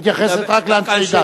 היא מתייחסת רק לאנשי דת?